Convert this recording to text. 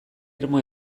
irmo